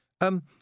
Um